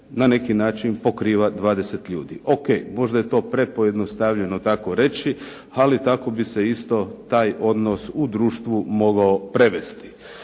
na neki način pokriva 20 ljudi? Ok možda je to prepojednostavljeno tako reći ali tako bi se isto taj odnos u društvu mogao prevesti.